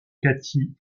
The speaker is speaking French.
katy